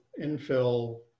infill